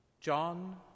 John